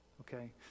Okay